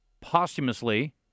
Posthumously